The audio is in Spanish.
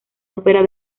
ópera